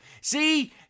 See